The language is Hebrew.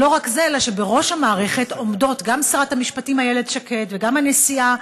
לא רק זה אלא שבראש המערכת עומדות גם שרת המשפטים איילת שקד וגם הנשיאה,